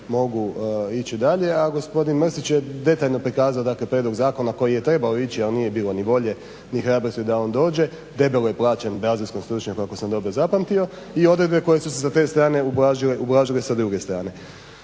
mogu ići dalje. A gospodin Mrsić je detaljno prikazao dakle prijedlog zakona koji je trebao ići, a nije bilo ni volje ni hrabrosti da on dođe. Debelo je plaženo brazilskom stručnjaku ako sam dobro zapamtio i odredbe koje su se sa te strane ublažile sa druge strane.